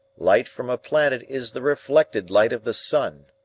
light from a planet is the reflected light of the sun.